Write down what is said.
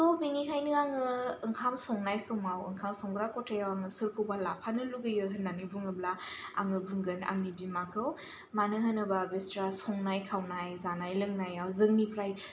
थ' बेनिखायनो आङो ओंखाम संनाय समाव ओंखाम संग्रा खथायाव आङो सोरखौबा लाफानो लुबैयो होननानै बुङोब्ला आङो बुंगोन आंनि बिमाखौ मानो होनोबा बिस्रा संनाय खावनाय जानाय लोंनायाव जोंनिफ्राय